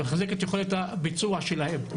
לחזק את יכולת הביצוע שלהן.